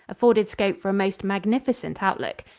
afforded scope for a most magnificent outlook.